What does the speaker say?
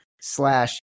slash